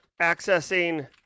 accessing